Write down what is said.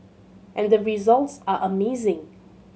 and the results are amazing